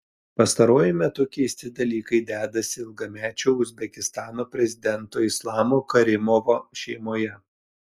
pastaruoju metu keisti dalykai dedasi ilgamečio uzbekistano prezidento islamo karimovo šeimoje